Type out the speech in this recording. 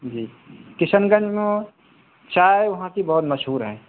جی Kishanganj میں چائے وہاں کی بہت مشہور ہیں